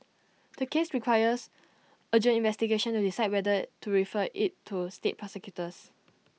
the case requires urgent investigation to decide whether to refer IT to state prosecutors